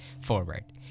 forward